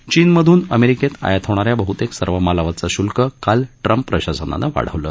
चीनमधून अमेरिकेत आयात होणा या बहुतेक सर्व मालावरचं शुल्क काल ट्रंप प्रशासनानं वाढवलं